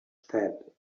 said